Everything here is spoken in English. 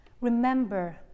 Remember